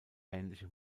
ähnliche